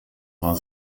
war